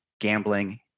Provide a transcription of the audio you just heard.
gambling